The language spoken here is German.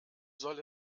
soll